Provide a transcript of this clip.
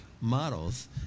models